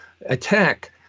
attack